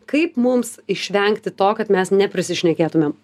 kaip mums išvengti to kad mes neprisišnekėtumėm